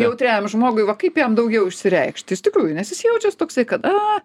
jautriajam žmogui va kaip jam daugiau išsireikšt iš tikrųjų nes jis jaučiasi toksai kad a